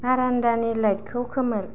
बारान्दानि लाइटखौ खोमोर